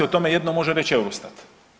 O tome jedino može reći EUROSTAT.